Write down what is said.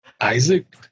isaac